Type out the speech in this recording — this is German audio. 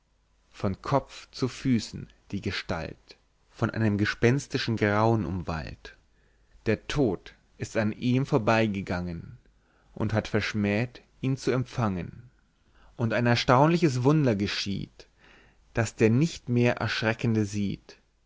von kopf zu füßen die gestalt von einem gespenstischen grauen umwallt der tod ist an ihm vorbei gegangen und hat verschmäht ihn zu umfangen und ein erstaunliches wunder geschieht das der nicht mehr erschreckende sieht